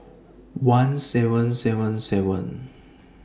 one seven seven seven